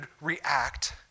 react